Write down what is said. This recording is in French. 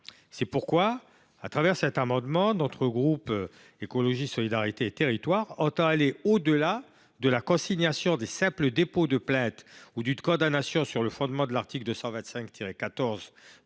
en difficulté. Par cet amendement, le groupe Écologiste – Solidarité et Territoires entend aller au delà de la consignation des simples dépôts de plainte ou d’une condamnation sur le fondement de l’article 225 14